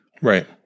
right